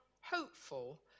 hopeful